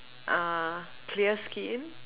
uh clear skin